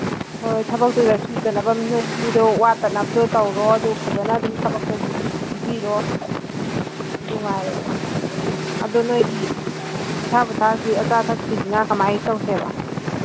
ꯍꯣꯏ ꯊꯕꯛꯇꯨꯗ ꯁꯣꯏꯗꯅꯕ ꯅꯈꯣꯏ ꯃꯤꯗꯣ ꯋꯥꯠꯇꯅꯕꯗꯣ ꯇꯧꯔꯣ ꯑꯗꯨ ꯐꯖꯅ ꯑꯗꯨꯝ ꯊꯕꯛꯇꯣ ꯁꯨꯕꯤꯔꯣ ꯑꯗꯨꯃꯉꯥꯏꯔꯦ ꯑꯗꯨ ꯅꯈꯣꯏꯒꯤ ꯍꯩꯊꯥ ꯄꯣꯊꯥꯒꯤ ꯑꯆꯥ ꯑꯊꯛꯀꯤꯁꯤꯅ ꯀꯔꯃꯥꯏ ꯇꯧꯁꯦꯕ